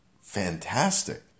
fantastic